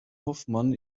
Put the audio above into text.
hoffmann